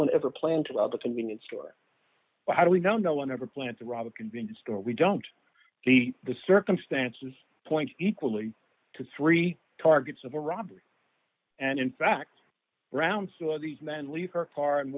one ever planned to the convenience store how do we know no one ever planned to rob a convenience store we don't see the circumstances point equally to three targets of a robbery and in fact around two of these men leave her car and